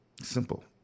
simple